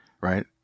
right